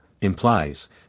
implies